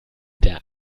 der